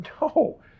no